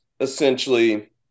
essentially